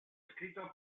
escrito